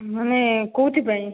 ମାନେ କେଉଁଥିପାଇଁ